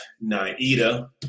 naida